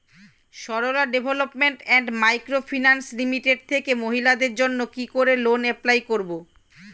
Sarala development and micro finance limited থেকে মহিলাদের জন্য কি করে লোন এপ্লাই করব?